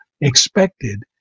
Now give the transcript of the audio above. expected